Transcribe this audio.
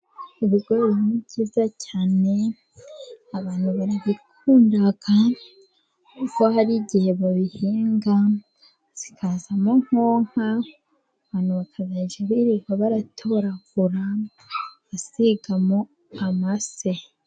ibigori ni byiza cyane abantu barabikunda, kuko hari igihe babihinga bikazamo nkonka, abantu bakazajya birirwa baratoragura basigamo amase.